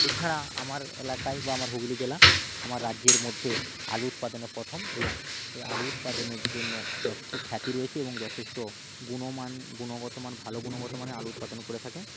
এছাড়া আমার অ্যালাকায় বা আমার হুগলী জেলা আমার রাজ্যের মধ্যে আলু উৎপাদনে প্রথম এবং এই আলু উৎপাদনের জন্য যথেষ্ট খ্যাতি রয়েছে এবং যথেষ্ট গুণমান গুণগত মান ভালো গুণগত মানের আলু উৎপাদন করে থাকেন